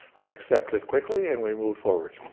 i accepted quickly and we moved forward.